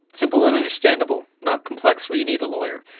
simple and understandable, not complex where you need a lawyer.